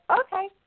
okay